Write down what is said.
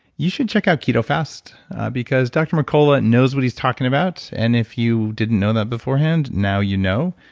you should check out keto fast because dr. mercola knows what he's talking about. and if you didn't know that beforehand, now you know.